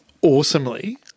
awesomely